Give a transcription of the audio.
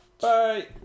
bye